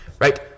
right